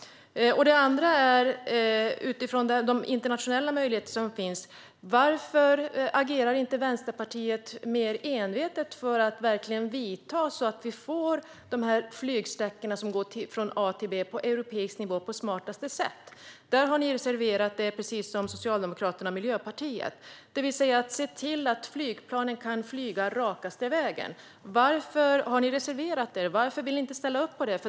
Utifrån de internationella möjligheter som finns, varför agerar inte Vänsterpartiet mer envetet för att verkligen vidta åtgärder så att flygsträckor som går från A till B på europeisk nivå planeras på smartaste sätt? Där har ni reserverat er, precis som Socialdemokraterna och Miljöpartiet. Det handlar om att flygplanen kan flyga rakaste vägen. Varför har ni reserverat er? Varför vill ni inte ställa upp på detta?